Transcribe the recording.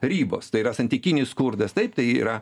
ribos tai yra santykinis skurdas taip tai yra